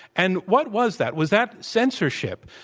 and what was that? was that censorship,